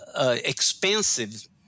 expensive